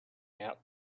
out